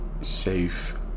safe